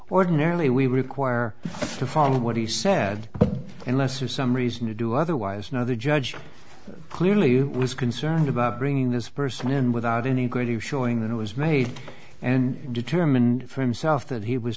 ordinarily we require to follow what he said unless for some reason to do otherwise now the judge clearly was concerned about bringing this person in without any greater showing that it was made and determined for himself that he was